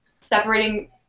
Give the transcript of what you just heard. separating